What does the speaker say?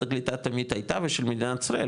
הקליטה תמיד הייתה ושל מדינת ישראל,